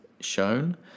Shown